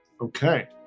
Okay